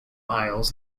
isles